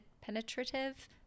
penetrative